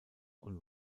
und